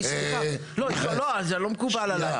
סליחה, זה לא מקובל עלי.